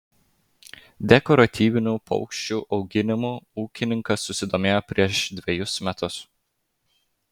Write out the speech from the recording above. dekoratyvinių paukščių auginimu ūkininkas susidomėjo prieš dvejus metus